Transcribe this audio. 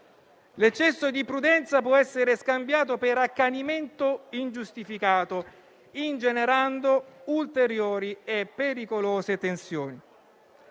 l'eccesso di prudenza può essere scambiato per accanimento ingiustificato, ingenerando ulteriori e pericolose tensioni.